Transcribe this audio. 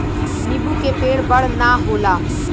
नीबू के पेड़ बड़ ना होला